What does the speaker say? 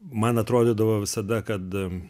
man atrodydavo visada kad